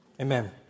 Amen